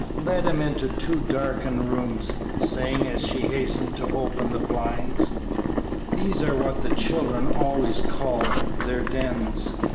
led him into two darkened rooms, saying, as she hastened to open the blinds these are what the children always called their dens.